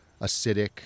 acidic